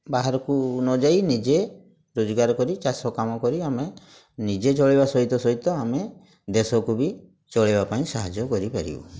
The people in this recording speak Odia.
ବାହାରକୁ ନ ଯାଇ ନିଜେ ରୋଜଗାର କରି ଚାଷ କାମ କରି ଆମେ ନିଜେ ଚଳିବା ସହିତ ସହିତ ଆମେ ଦେଶକୁ ବି ଚଳେଇବା ପାଇଁ ସାହାଯ୍ୟ କରିପାରିବୁ